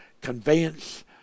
conveyance